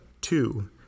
two